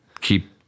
keep